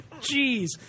Jeez